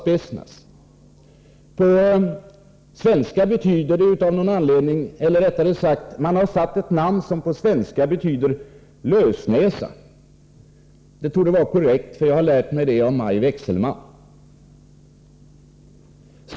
På svenska betyder namnet lösnäsa. Det torde vara korrekt, för jag har lärt mig det av Maj Wechselmann.